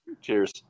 Cheers